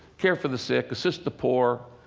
care for the sick, assist the poor,